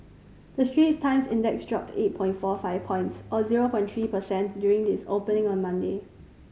the Straits Times Index dropped eight point four five points or zero point three percent during its opening on Monday